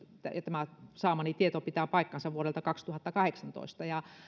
tämä saamani tieto vuodelta kaksituhattakahdeksantoista pitää paikkansa